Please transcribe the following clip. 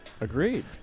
agreed